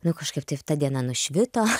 nu kažkaip tai ta diena nušvito